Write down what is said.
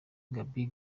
gabby